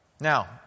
Now